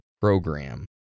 program